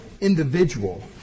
individual